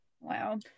Wow